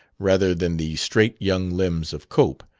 rather than the straight young limbs of cope,